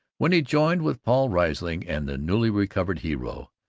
when he joined with paul riesling and the newly recovered hero,